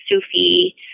Sufi